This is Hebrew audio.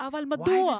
אז מדוע?